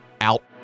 Out